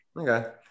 Okay